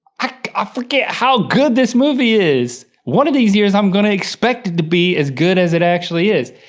i forget how good this movie is. one of these years i'm going to expect it to be as good as it actually is.